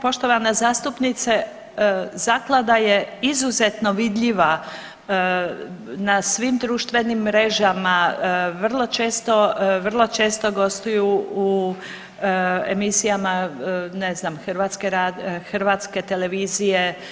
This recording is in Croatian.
Poštovana zastupnice zaklada je izuzetno vidljiva na svim društvenim mrežama, vrlo često gostuju u emisijama ne znam Hrvatske televizije.